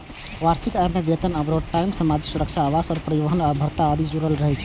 वार्षिक आय मे वेतन, ओवरटाइम, सामाजिक सुरक्षा, आवास आ परिवहन भत्ता आदि जुड़ल रहै छै